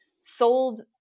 sold